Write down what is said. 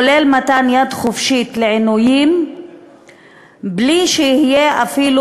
כולל מתן יד חופשית לעינויים בלי שתהיה אפילו